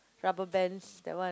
rubber bands that one